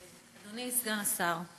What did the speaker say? אדוני סגן השר,